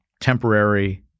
temporary